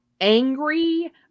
angry